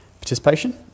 participation